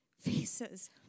faces